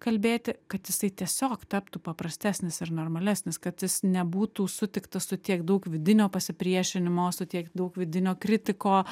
kalbėti kad jisai tiesiog taptų paprastesnis ir normalesnis kad jis nebūtų sutiktas su tiek daug vidinio pasipriešinimo su tiek daug vidinio kritiko